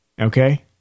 okay